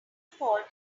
fault